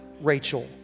Rachel